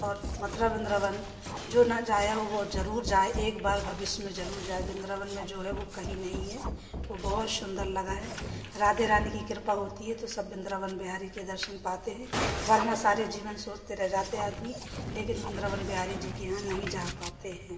और मथुरा वृंदावन जो ना जाएँ वो जरूर जाएँ एक बार भविष्य में जरूर जाएँ वृंदावन में जो है वो कहीं नहीं है वो बहुत सुंदर लगा है राधे रानी की कृपा होती है तो सब वृंदावन बिहारी के दर्शन पाए हैं वरना सारे जीवन सोचते रह जाते आदमी लेकिन वृंदावन बिहारी जी के यहाँ नहीं जा पाते हैं